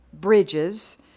bridges